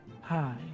Hi